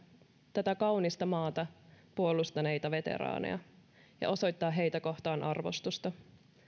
tätä kaunista maata puolustaneita veteraaneja ja osoittaa heitä kohtaan arvostusta